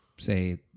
say